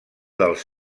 dels